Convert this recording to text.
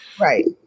Right